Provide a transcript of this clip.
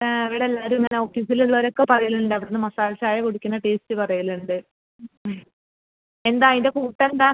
ഇവിടെ എല്ലാവരും ഇങ്ങനെ ഓഫീസിലുള്ളവർ ഒക്കെ പറയലുണ്ട് അവിടെ നിന്ന് മസാല ചായ കുടിക്കുന്ന ടേസ്റ്റ് പറയലുണ്ട് ആ എന്താണ് അതിൻ്റെ കൂട്ട് എന്താണ്